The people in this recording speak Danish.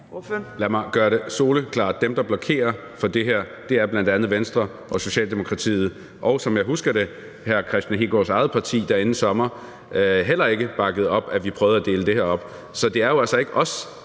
Lad mig gøre det soleklart: Dem, der blokerer for det her, er bl.a. Venstre og Socialdemokratiet, og som jeg husker det, hr. Kristian Hegaards eget parti, der inden sommeren heller ikke bakkede op om, at vi prøvede at dele det her op. Så det er jo altså ikke os,